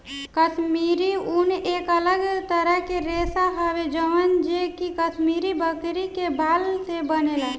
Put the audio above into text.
काश्मीरी ऊन एक अलग तरह के रेशा हवे जवन जे कि काश्मीरी बकरी के बाल से बनेला